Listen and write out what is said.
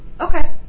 Okay